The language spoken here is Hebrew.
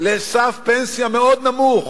לסף פנסיה מאוד נמוך,